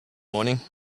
morning